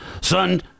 son